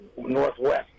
northwest